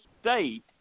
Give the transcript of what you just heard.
state